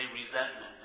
resentment